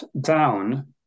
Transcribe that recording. down